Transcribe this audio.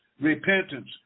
repentance